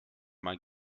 mein